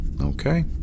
Okay